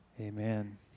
Amen